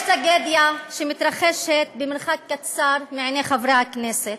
יש טרגדיה שמתרחשת במרחק קצר מעיני חברי הכנסת,